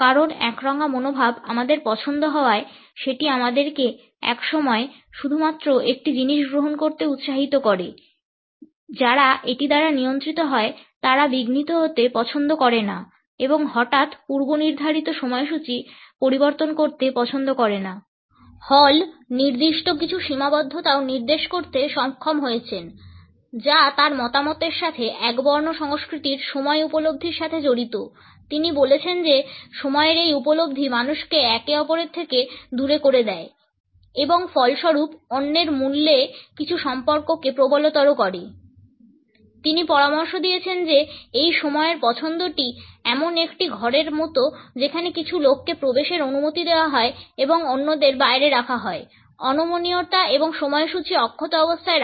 কারণ একরঙা মনোভাব আমাদের পছন্দ হওয়ায় সেটি আমাদেরকে এক সময়ে শুধুমাত্র একটি জিনিস গ্রহণ করতে উৎসাহিত করে যারা এটি দ্বারা নিয়ন্ত্রিত হয় তারা বিঘ্নিত হতে পছন্দ করে না এবং হঠাৎ পূর্বনির্ধারিত সময়সূচী পরিবর্তন করতে পছন্দ করে না